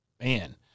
Man